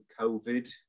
covid